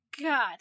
God